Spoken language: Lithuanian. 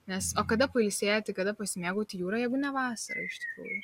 nes o kada pailsėti kada pasimėgauti jūra jeigu ne vasara iš tikrųjų